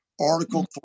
Article